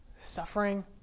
suffering